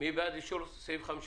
מי בעד אישור סעיף 54?